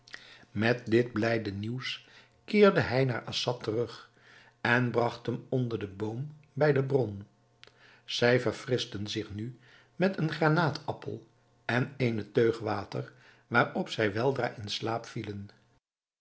met dit blijde nieuws keerde hij naar assad terug en bragt hem onder den boom bij de bron zij verfrischten zich nu met een granaatappel en eenen teug water waarop zij weldra in slaap vielen